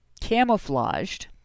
camouflaged